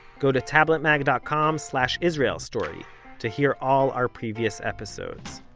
go to tabletmag dot com slash israel story to hear all our previous episodes.